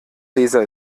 laser